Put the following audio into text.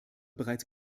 bereits